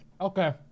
Okay